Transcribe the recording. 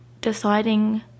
deciding